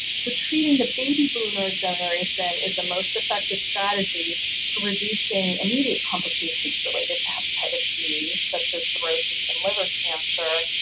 so treating the baby boomer generation is the most effective strategy for reducing immediate complications related to hepatitis c, such as cirrhosis and liver cancer,